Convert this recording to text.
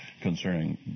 concerning